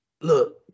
Look